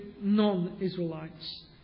non-Israelites